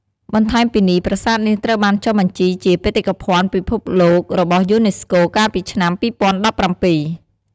បន្ថែមពីនេះ ប្រាសាទនេះត្រូវបានចុះបញ្ជីជា បេតិកភណ្ឌពិភពលោករបស់យូណេស្កូ កាលពីឆ្នាំ ២០១៧។